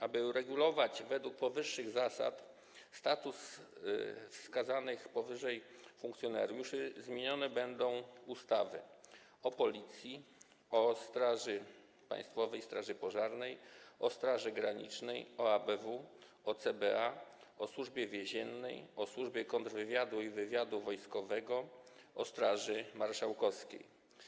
Aby uregulować według powyższych zasad status wskazanych powyżej funkcjonariuszy, zmienione będą ustawy: o Policji, o Państwowej Straży Pożarnej, o Straży Granicznej, o ABW, o CBA, o Służbie Więziennej, o Służbie Kontrwywiadu Wojskowego i Służbie Wywiadu Wojskowego, o Straży Marszałkowskiej.